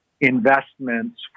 investments